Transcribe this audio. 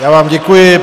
Já vám děkuji.